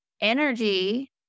energy